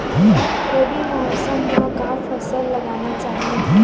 रबी मौसम म का फसल लगाना चहिए?